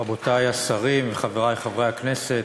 רבותי השרים וחברי חברי הכנסת,